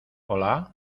hola